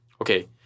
Okay